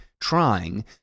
trying